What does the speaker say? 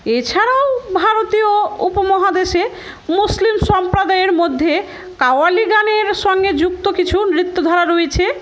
এছাড়াও ভারতীয় উপমহাদেশে মুসলিম সম্প্রদায়ের মধ্যে কাওয়ালি গানের সঙ্গে যুক্ত কিছু নৃত্যধারা রয়েছে